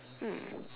mm